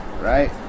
right